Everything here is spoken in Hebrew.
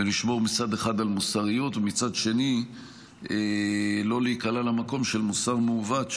ולשמור מצד אחד על מוסריות ומצד שני לא להיקלע למקום של מוסר מעוות,